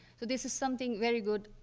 so this is something very good.